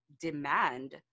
demand